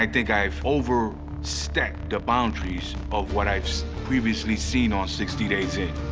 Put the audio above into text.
like think i've over stepped the boundaries of what i've previously seen on sixty days in.